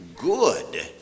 good